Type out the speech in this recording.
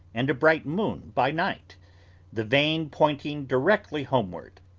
and a bright moon by night the vane pointing directly homeward,